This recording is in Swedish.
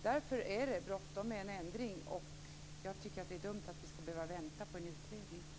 Därför är det bråttom med en ändring. Jag tycker att det är dumt att vi skall behöva vänta på en utredning.